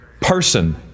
person